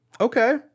Okay